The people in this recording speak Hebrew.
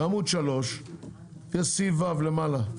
בעמוד 3 יש סעיף ו' למעלה.